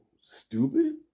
stupid